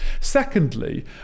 Secondly